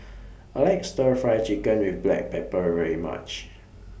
I like Stir Fry Chicken with Black Pepper very much